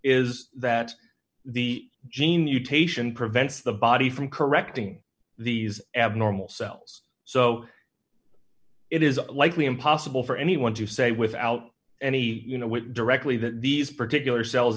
is that the gene mutation prevents the body from correcting these abnormal cells so it is likely impossible for anyone to say without any you know with directly that these particular cells